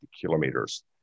kilometers